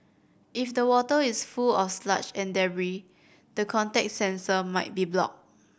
if the water is full of sludge and the contact sensor might be blocked